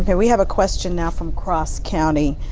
yeah we have a question now from cross county.